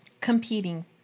competing